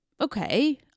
okay